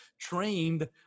trained